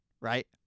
Right